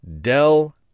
Dell